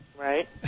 Right